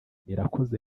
irakoze